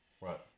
right